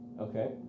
Okay